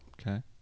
Okay